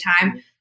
time